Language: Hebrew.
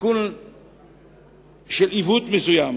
תיקון לעיוות מסוים